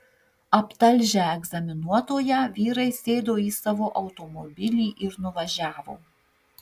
aptalžę egzaminuotoją vyrai sėdo į savo automobilį ir nuvažiavo